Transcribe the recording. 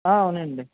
ఆ అవునండి